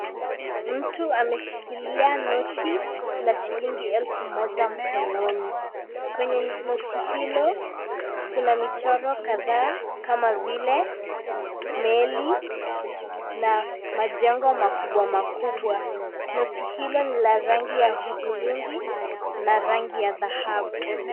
Mtu ameshikilia noti la shilingi elfu moja mkononi, kwenye noti hilo kuna michoro kadhaa kama vile meli na majengo makubwa makubwa. Noti hilo ni la rangi ya hudhurungi na rangi ya dhahabu.